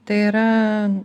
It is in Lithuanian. tai yra